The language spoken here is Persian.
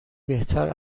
بهتر